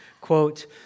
quote